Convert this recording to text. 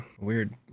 Weird